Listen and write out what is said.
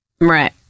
Right